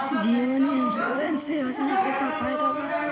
जीवन insurance योजना से का फायदा बा?